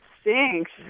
stinks